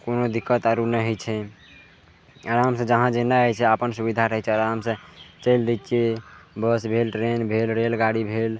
कोनो दिक्कत आरो नहि होइ छै आरामसँ जहाँ जेनाइ होइ छै अपन सुविधा रहय छै आरामसँ चलि दै छियै बस भेल ट्रेन भेल रेलगाड़ी भेल